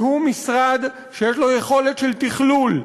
שהוא משרד שיש לו יכולת של תכלול,